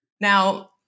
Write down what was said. Now